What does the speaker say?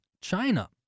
China